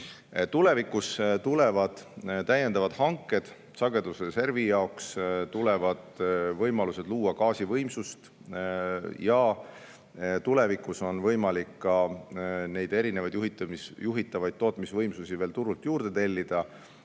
Tulevikus tulevad täiendavad hanked sagedusreservi jaoks, tulevad võimalused luua gaasivõimsust. Ja tulevikus on võimalik juhitavaid tootmisvõimsusi veel turult juurde tellida.